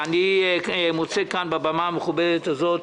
אני מוצא בבמה המכובדת הזאת